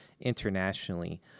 internationally